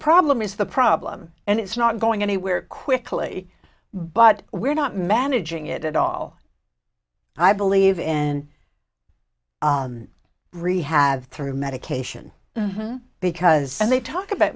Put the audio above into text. problem is the problem and it's not going anywhere quickly but we're not managing it at all i believe in rehab through medication because they talk about